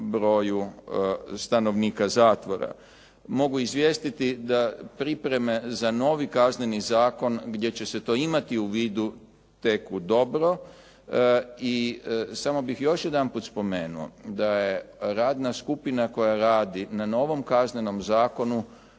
broju stanovnika zatvora. Mogu izvijestiti da pripreme za novi Kazneni zakon gdje će se to imati u vidu teku dobro i samo bih još jedanput spomenuo da je radna skupina koja radi na novom Kaznenom zakonu